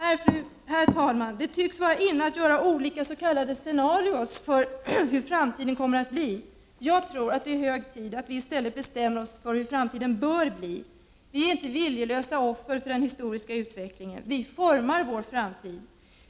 Herr talman! Det tycks vara inne att göra olika s.k. scenarios för hur framtiden kommer att bli. Jag tror att det är hög tid att vi i stället bestämmer hur framtiden bör bli. Vi är inte viljelösa offer för den historiska utvecklingen. Vi formar vår framtid.